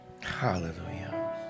Hallelujah